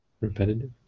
Repetitive